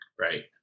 Right